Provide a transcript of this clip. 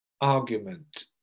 argument